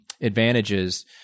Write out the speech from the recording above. advantages